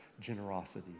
generosity